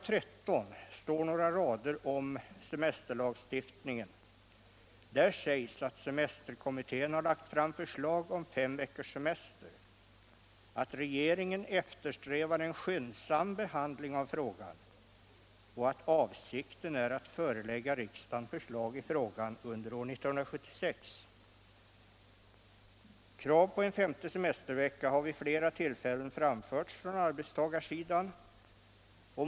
13 står några rader om semesterlagstiftningen. Där sägs att semesterkommittén har lagt fram förslag om fem veckors semester, att regeringen eftersträvar en skyndsam behandling av frågan och att avsikten är att förelägga riksdagen förslag i frågan under år 1976. Krav på en femte semestervecka har vid flera tillfällen framförts från arbetstagarsidan.